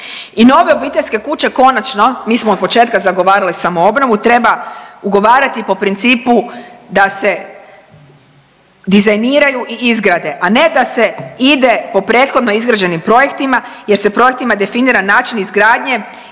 I nove obiteljske kuće konačno, mi smo od početka zagovarali samoobnovu, treba ugovarati po principu da se dizajniraju i izgrade, a ne da se ide po prethodno izgrađenim projektima jer se projektima definira način izgradnje